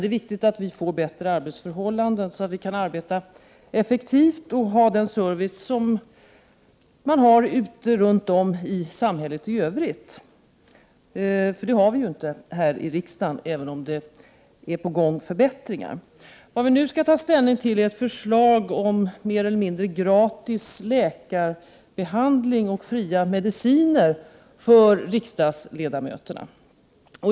Det är viktigt att vi får bättre arbetsförhållanden så att vi kan arbeta effektivt och få den service som man har runt om i samhället i övrigt. Sådan service har vi ju inte här i riksdagen, även om förbättringar är på gång. Vad vi nu skall ta ställning till är ett förslag om mer eller mindre gratis läkarbehandling och fria mediciner för riksdagens ledamöter.